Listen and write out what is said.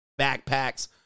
backpacks